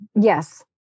Yes